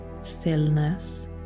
stillness